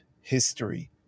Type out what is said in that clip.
history